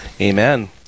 Amen